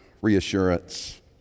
reassurance